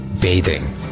bathing